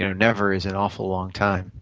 you know never is an awful long time,